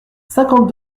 cinquante